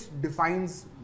defines